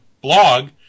blog